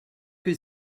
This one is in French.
que